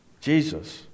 Jesus